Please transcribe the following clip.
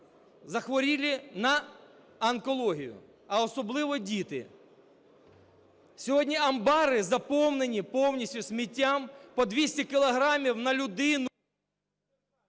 захворілі на онкологію, а особливо діти. Сьогодні амбари заповнені повністю сміттям по 200 кілограмів на людину…